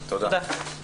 תודה.